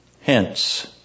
Hence